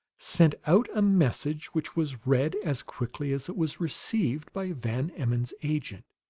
sent out a message which was read as quickly as it was received by van emmon's agent,